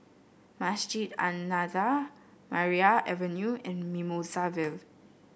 Masjid An Nahdhah Maria Avenue and Mimosa Vale